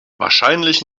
wahrscheinlich